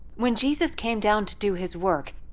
when jesus came down to do his work,